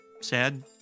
Sad